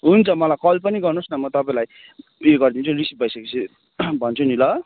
हुन्छ मलाई कल पनि गर्नुहोस् न म तपाईँलाई ऊ यो गरिदिन्छु नि रिसिभ भइसकेपछि भन्छु नि ल